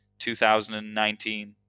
2019